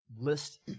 list